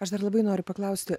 aš dar labai noriu paklausti